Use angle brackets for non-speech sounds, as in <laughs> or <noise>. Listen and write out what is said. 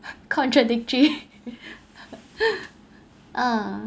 <laughs> contradictory <laughs> ah